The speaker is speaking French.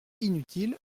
inutile